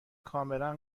کاملا